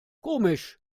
komisch